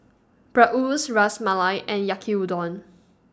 Bratwurst Ras Malai and Yaki Udon